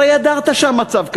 הרי ידעת שהמצב קשה,